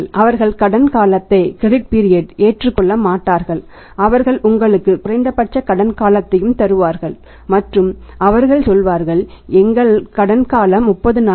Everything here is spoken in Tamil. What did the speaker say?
அவர்கள் கிரெடிட் பீரியட் 30 நாட்கள்